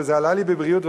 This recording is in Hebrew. וזה עלה לי בבריאות,